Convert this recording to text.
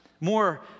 more